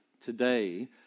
today